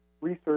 research